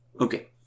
Okay